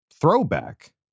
throwback